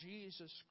Jesus